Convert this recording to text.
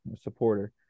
supporter